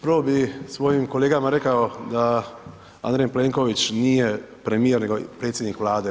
Prvo bih svojim kolegama rekao da Andrej Plenković nije premijer nego je predsjednik Vlade.